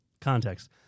context